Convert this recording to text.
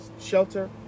shelter